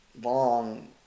long